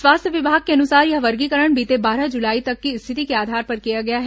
स्वास्थ्य विभाग के अनुसार यह वर्गीकरण बीते बारह जुलाई तक की स्थिति के आधार पर किया गया है